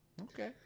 Okay